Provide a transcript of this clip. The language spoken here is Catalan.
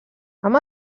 amb